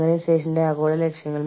പക്ഷേ കൈക്കൂലി കൈക്കൂലിതന്നെയാണ്